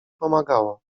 pomagało